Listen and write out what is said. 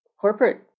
corporate